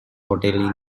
hotels